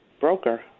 broker